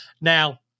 Now